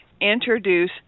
introduce